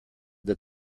that